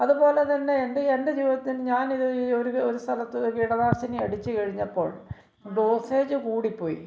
അതുപോലെ തന്നെ എന്റെ എന്റെ ജീവിതത്തില് ഞാനിത് ഒരു ഒരു സ്ഥലത്ത് കീടനാശിനി അടിച്ചു കഴിഞ്ഞപ്പോള് ഡോസേജ് കൂടിപ്പോയി